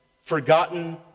forgotten